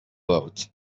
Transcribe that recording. out